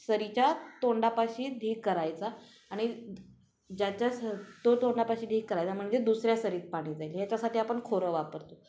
सरीच्या तोंडापाशी ढीग करायचा आणि ज्याच्या स तो तोंडापाशी ढीग करायचा म्हणजे दुसऱ्या सरीत पाणी जाईल ह्याच्यासाठी आपण खोरं वापरतो